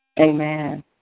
Amen